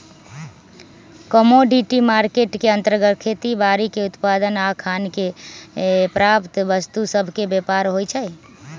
commodity market के अंतर्गत खेती बाड़ीके उत्पाद आऽ खान से प्राप्त वस्तु सभके व्यापार होइ छइ